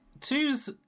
two's